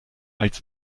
als